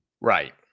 Right